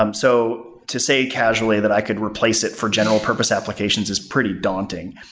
um so, to say casually that i could replace it for general purpose applications is pretty daunting.